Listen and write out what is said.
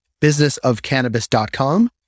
businessofcannabis.com